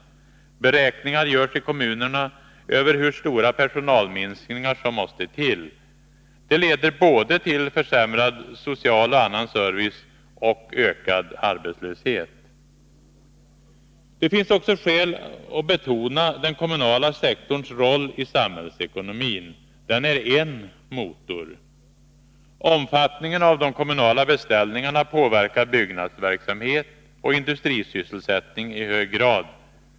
Beräkningar görs i kommunerna över hur stora personalminskningar som måste till. Det leder både till försämrad social och annan service och till ökad arbetslöshet. Det finns också skäl att betona den kommunala sektorns roll i samhällsekonomin. Den är en motor. Omfattningen av de kommunala beställningarna påverkar byggnadsverksamhet och industrisysselsättning i hög grad.